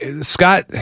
Scott